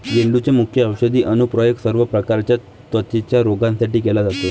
झेंडूचे मुख्य औषधी अनुप्रयोग सर्व प्रकारच्या त्वचेच्या रोगांसाठी केला जातो